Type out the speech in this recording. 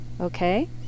Okay